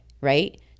right